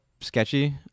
sketchy